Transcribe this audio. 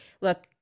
look